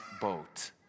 boat